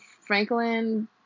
franklin